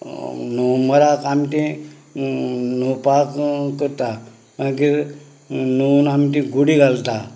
नॉवंब्राक आमी ती नोवपाक करता मागीर नोवून आमी ती गुडी घालता